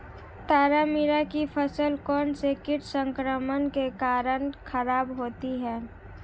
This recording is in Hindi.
तारामीरा की फसल कौनसे कीट संक्रमण के कारण खराब होती है?